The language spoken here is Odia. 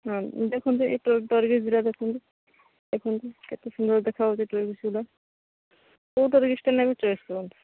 ହଁ ଦେଖନ୍ତୁ ଏଇ ଟରଗିସ୍ ଗୁରା ଦେଖନ୍ତୁ ଦେଖନ୍ତୁ କେତେ ସୁନ୍ଦର ଦେଖା ହେଉଛି ଟରଗିସ୍ ଗୁଡ଼ା କେଉଁ ଟରଗିସ୍ଟା ନେବେ ଚଏସ୍ କରନ୍ତୁ